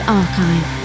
archive